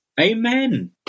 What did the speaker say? Amen